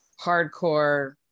hardcore